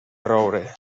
roure